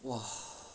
!wah!